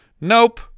nope